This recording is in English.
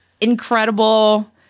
incredible